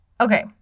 Okay